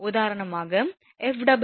உதாரணமாக F